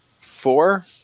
four